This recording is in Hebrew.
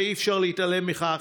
ואי-אפשר להתעלם מכך,